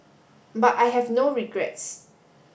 but I have no regrets